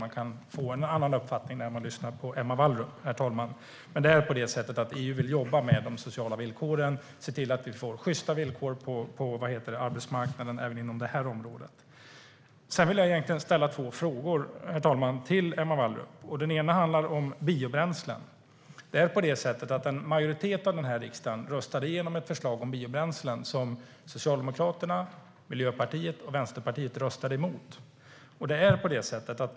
Man kan få en annan uppfattning när man lyssnar på Emma Wallrup, herr talman, men EU vill jobba med de sociala villkoren och se till att det blir sjysta villkor på arbetsmarknaden även inom det här området. Sedan vill jag ställa två frågor till Emma Wallrup, herr talman. Den ena handlar om biobränslen. En majoritet av den här riksdagen röstade igenom ett förslag om biobränslen som Socialdemokraterna, Miljöpartiet och Vänsterpartiet röstade emot.